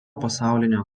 pasaulinio